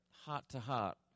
heart-to-heart